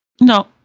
No